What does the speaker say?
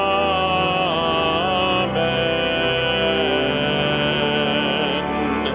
and